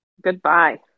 Goodbye